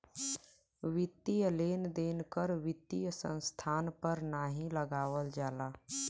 वित्तीय लेन देन कर वित्तीय संस्थान पर नाहीं लगावल जाला